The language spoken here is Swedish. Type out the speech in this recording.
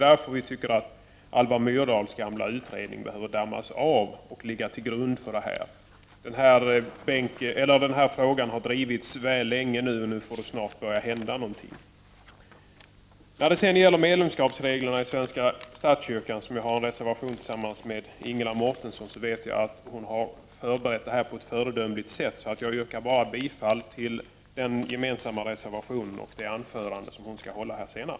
Därför tycker vi att Alva Myrdals gamla utredning behöver dammas av och ligga till grund för det här. Denna fråga har drivits väl länge nu. Nu får det snart börja hända någonting. När det gäller reglerna om medlemsskap i svenska kyrkan har jag en reservation tillsammans med Ingela Mårtensson. Jag vet att hon har förberett det här på ett föredömligt sätt. Jag yrkar därför bara bifall till vår gemensamma reservation nr 4 och instämmer i det anförande som hon skall hålla här senare.